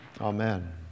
amen